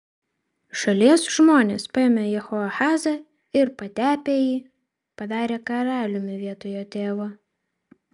šalies žmonės paėmė jehoahazą ir patepę jį padarė karaliumi vietoj jo tėvo